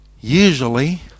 usually